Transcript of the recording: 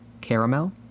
Caramel